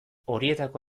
horietako